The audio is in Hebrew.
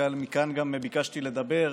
לכן גם ביקשתי לדבר,